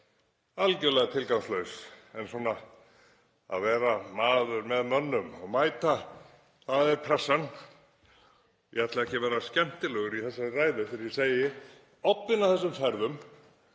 algjörlega tilgangslaus, en það er svona að vera maður með mönnum og að mæta er pressan. Ég ætla ekki að vera skemmtilegur í þessari ræðu þegar ég segi: Obbinn af þessum ferðum